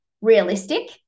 realistic